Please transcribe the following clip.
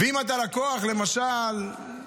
ואם אתה לקוח, למשל,